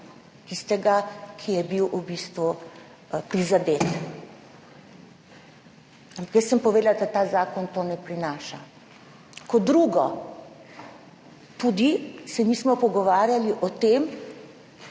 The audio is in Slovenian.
tistega, ki je bil v bistvu prizadet. Ampak jaz sem povedala, da ta zakon tega ne prinaša. Kot drugo, nismo se pogovarjali o tem,